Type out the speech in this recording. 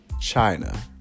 China